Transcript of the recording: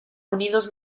unidos